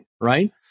right